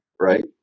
right